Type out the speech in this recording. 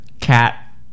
cat